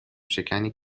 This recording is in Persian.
شکنی